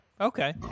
Okay